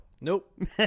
Nope